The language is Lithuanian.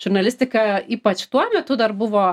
žurnalistika ypač tuo metu dar buvo